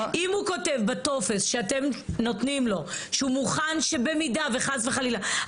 אם הוא כותב בטופס שאתם נותנים לו שהוא מוכן שבמידה וחס וחלילה,